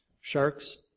Sharks